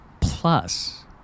plus